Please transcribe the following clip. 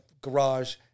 garage